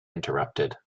interrupted